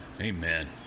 Amen